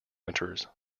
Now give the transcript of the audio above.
winters